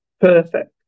Perfect